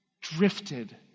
drifted